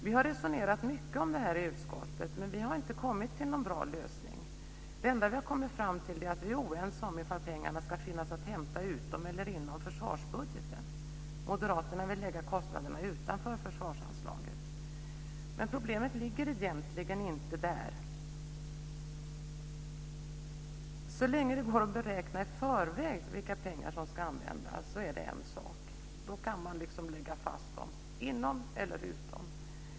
Vi har resonerat mycket om det här i utskottet, men vi har inte kommit fram till någon bra lösning. Det enda vi har kommit fram till är att vi är oense om ifall pengarna ska finnas att hämta utom eller inom försvarsbudgeten. Moderaterna vill lägga kostnaderna utanför försvarsanslaget. Men problemet ligger egentligen inte där. Så länge det går att beräkna i förväg vilka pengar som ska användas är det en sak. Då kan man lägga fast dem inom eller utom försvarsbudgeten.